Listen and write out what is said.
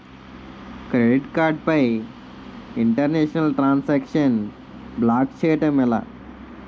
Credit card పై international transaction block చేయటం ఎలా?